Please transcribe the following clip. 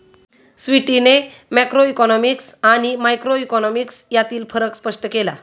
स्वीटीने मॅक्रोइकॉनॉमिक्स आणि मायक्रोइकॉनॉमिक्स यांतील फरक स्पष्ट केला